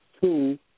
Two